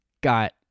got